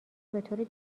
بطور